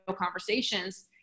conversations